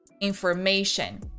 information